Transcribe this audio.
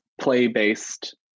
play-based